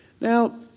Now